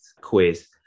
quiz